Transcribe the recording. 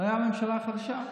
הייתה ממשלה חדשה.